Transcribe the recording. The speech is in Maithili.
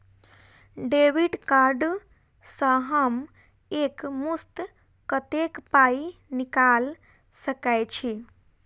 डेबिट कार्ड सँ हम एक मुस्त कत्तेक पाई निकाल सकय छी?